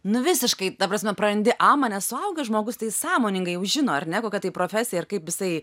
nu visiškai ta prasme prarandi amą nes suaugęs žmogus tai jis sąmoningai jau žino ar ne kokia tai profesija ir kaip jisai